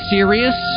Serious